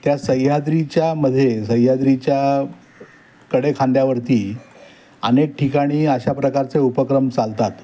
त्या सह्याद्रीच्यामधे सह्याद्रीच्याकडे कडेखांद्यावरती अनेक ठिकाणी अशा प्रकारचे उपक्रम चालतात